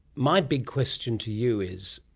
my big question to you is,